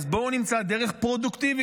בואו נמצא דרך פרודוקטיבית,